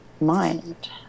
mind